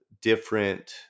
different